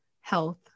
health